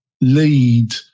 lead